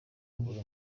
buri